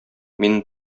мине